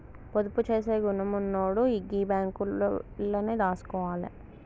పొదుపు జేసే గుణమున్నోడు గీ బాంకులల్లనే దాసుకోవాల